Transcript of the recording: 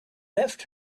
left